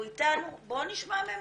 הוא איתנו, בוא נשמע ממנו.